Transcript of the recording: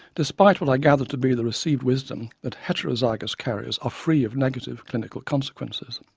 despite what i gather to be the received wisdom that heterozygous carriers are free of negative clinical consequences.